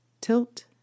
tilt